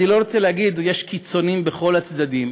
אני לא רוצה להגיד, יש קיצונים בכל הצדדים,